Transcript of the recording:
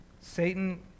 Satan